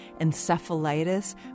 encephalitis